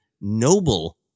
noble